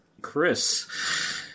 Chris